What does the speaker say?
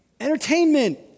Entertainment